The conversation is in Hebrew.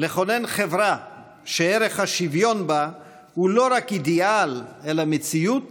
לכונן חברה שערך השוויון בה הוא לא רק אידיאל אלא מציאות